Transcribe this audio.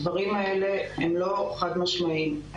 הדברים האלה לא חד משמעיים.